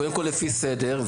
קודם כל לפי הסדר,